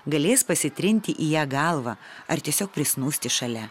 galės pasitrinti į ją galva ar tiesiog prisnūsti šalia